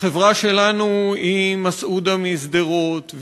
החברה שלנו היא מסעודה משדרות,